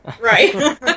Right